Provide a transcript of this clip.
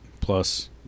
plus